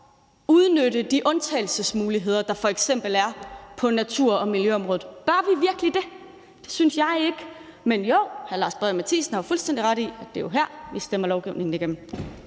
udnytte de undtagelsesmuligheder, der f.eks. er på natur- og miljøområdet. Bør vi virkelig det? Det synes jeg ikke. Men jo, hr. Lars Boje Mathiesen har jo fuldstændig ret i, at det er her, vi stemmer lovgivningen igennem.